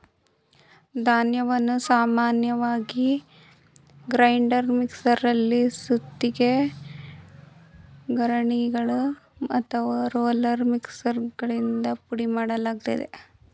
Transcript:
ಧಾನ್ಯವನ್ನು ಸಾಮಾನ್ಯವಾಗಿ ಗ್ರೈಂಡರ್ ಮಿಕ್ಸರಲ್ಲಿ ಸುತ್ತಿಗೆ ಗಿರಣಿಗಳು ಅಥವಾ ರೋಲರ್ ಮಿಲ್ಗಳಿಂದ ಪುಡಿಮಾಡಲಾಗ್ತದೆ